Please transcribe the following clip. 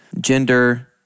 gender